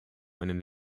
einen